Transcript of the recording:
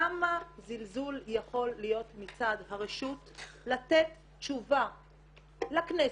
כמה זלזול יכול להיות מצד הרשות לתת תשובה לכנסת,